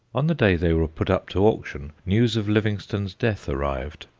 on the day they were put up to auction news of livingstone's death arrived,